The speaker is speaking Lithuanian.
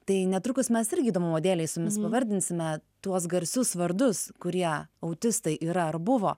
tai netrukus mes irgi įdomumo dėlei ju jumis pavardinsime tuos garsus vardus kurie autistai yra ar buvo